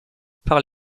par